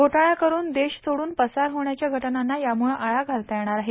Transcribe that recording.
घोटाळा करून देश सोडून पसार होण्याच्या घटनांना यामुळं आळा घालता येणार आहे